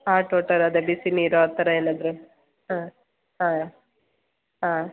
hot water ಅದೇ ಬಿಸಿನೀರು ಆ ಥರ ಏನಾದರೂ ಹಾಂ ಹಾಂ ಹಾಂ